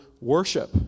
worship